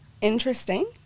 interesting